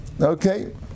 okay